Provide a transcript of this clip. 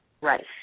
Right